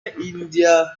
india